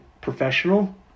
professional